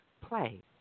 play